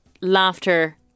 laughter